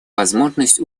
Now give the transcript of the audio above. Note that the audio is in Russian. возможность